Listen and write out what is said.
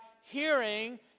hearing